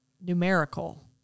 numerical